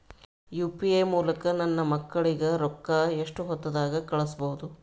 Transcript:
UPI ಮೂಲಕ ನನ್ನ ಮಕ್ಕಳಿಗ ರೊಕ್ಕ ಎಷ್ಟ ಹೊತ್ತದಾಗ ಕಳಸಬಹುದು?